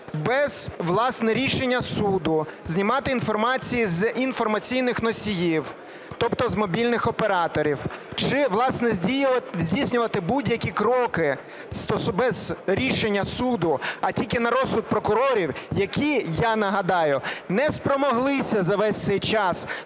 рішення суду знімати інформації з інформаційних носіїв, тобто з мобільних операторів, чи, власне, здійснювати будь-які кроки без рішення суду, а тільки на розсуд прокурорів, які, я нагадаю, не спромоглися за весь цей час